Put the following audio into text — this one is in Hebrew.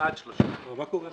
ונתחדשה בשעה 15:26.)